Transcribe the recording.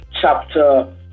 chapter